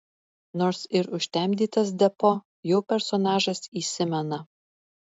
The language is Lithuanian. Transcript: nors ir užtemdytas deppo jo personažas įsimena